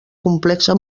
complexa